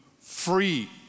free